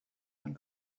one